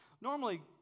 Normally